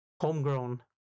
homegrown